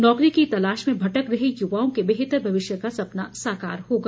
नौकरी की तलाश में भटक रहे युवाओं के बेहतर भविष्य का सपना साकार होगा